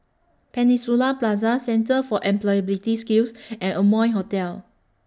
Peninsula Plaza Centre For Employability Skills and Amoy Hotel